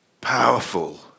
powerful